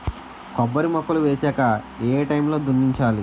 కొబ్బరి మొక్కలు వేసాక ఏ ఏ టైమ్ లో దున్నించాలి?